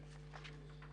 כן.